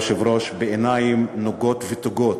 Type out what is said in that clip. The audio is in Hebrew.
היושב-ראש, בעיניים נוגות ותוגות,